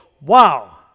wow